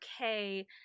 okay